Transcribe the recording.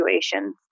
situations